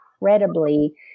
incredibly